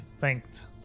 thanked